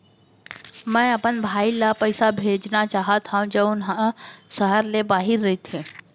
मै अपन भाई ला पइसा भेजना चाहत हव जऊन हा सहर ले बाहिर रहीथे